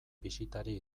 bisitari